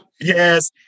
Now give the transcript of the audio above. yes